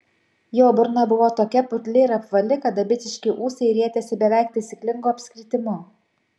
jo burna buvo tokia putli ir apvali kad dabitiški ūsai rietėsi beveik taisyklingu apskritimu